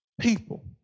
people